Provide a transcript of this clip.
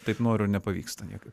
taip noriu o nepavyksta niekaip